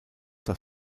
das